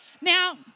Now